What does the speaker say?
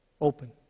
Open